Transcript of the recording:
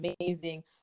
amazing